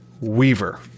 Weaver